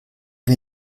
wir